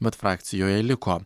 bet frakcijoje liko